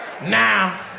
Now